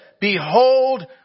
Behold